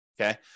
okay